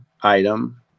item